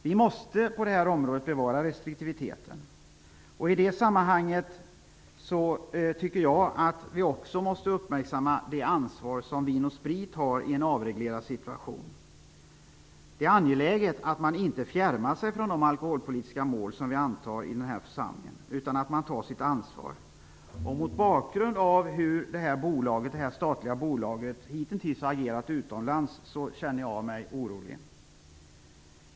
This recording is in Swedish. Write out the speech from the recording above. Vi måste bevara restriktiviteten på det här området. I det sammanhanget tycker jag att vi också måste uppmärksamma det ansvar som Vin & Sprit har i en avreglerad situation. Det är angeläget att man inte fjärmar sig från de alkoholpolitiska mål som vi antar i den här församlingen, utan att man tar sitt ansvar. Mot bakgrund av hur det här statliga bolaget hitintills har agerat utomlands känner jag mig orolig.